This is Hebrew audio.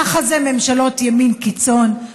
ככה זה ממשלות ימין קיצון.